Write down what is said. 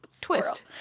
Twist